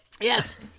Yes